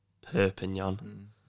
Perpignan